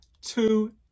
two